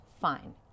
fine